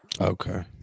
okay